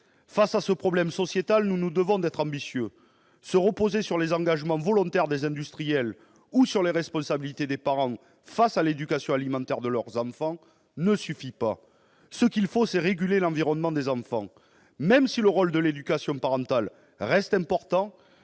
Face à ce problème sociétal, nous nous devons d'être ambitieux. Se reposer sur les engagements volontaires des industriels ou sur les responsabilités des parents face à l'éducation alimentaire de leurs enfants ne suffira pas. Ce qu'il faut, c'est réguler l'environnement des enfants. Même si le rôle de l'éducation parentale reste important,